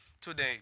today